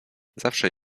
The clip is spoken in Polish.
zawsze